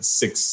six